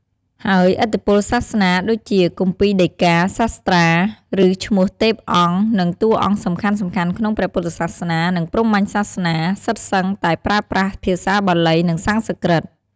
ហើយឥទ្ធិពលសាសនាដូចជា គម្ពីរដីកា សាស្ត្រា ឬឈ្មោះទេពអង្គ និងតួអង្គសំខាន់ៗក្នុងព្រះពុទ្ធសាសនា និងព្រហ្មញ្ញសាសនា សុទ្ធសឹងតែប្រើប្រាស់ភាសាបាលី និងសំស្រ្កឹត។